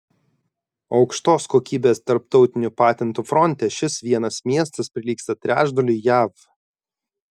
aukštos kokybės tarptautinių patentų fronte šis vienas miestas prilygsta trečdaliui jav